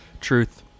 Truth